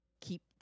keep